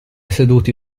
seduti